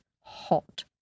hot